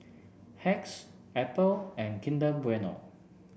Hacks Apple and Kinder Bueno